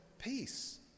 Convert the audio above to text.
Peace